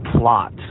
plot